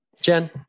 Jen